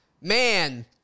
Man